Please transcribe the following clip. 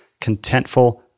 contentful